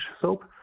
soap